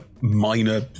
minor